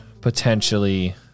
potentially